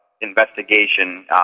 investigation